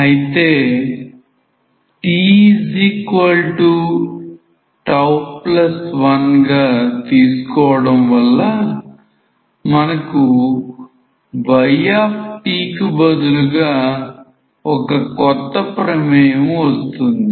అయితే tτ1 గా తీసుకోవడం వల్ల మనకు కు yt బదులుగా ఒక కొత్త ప్రమేయం వస్తుంది